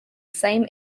same